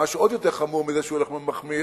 מה שעוד יותר חמור מזה שהוא הולך ומחמיר,